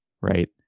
right